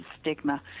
stigma